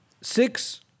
Six